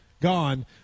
gone